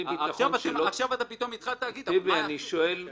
עכשיו פתאום התחלת להגיד מה יעשו.